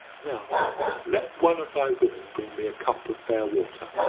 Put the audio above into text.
now let one of thy women bring me a cup of fair water.